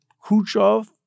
Khrushchev